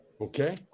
okay